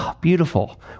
beautiful